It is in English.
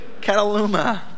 Cataluma